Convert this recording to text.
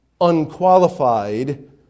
unqualified